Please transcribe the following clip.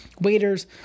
waiters